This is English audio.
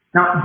Now